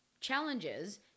challenges